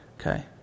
Okay